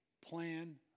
plan